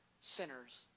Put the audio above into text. sinners